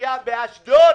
הפיצרייה באשדוד